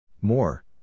more